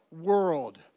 world